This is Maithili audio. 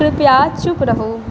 कृपया चुप रहू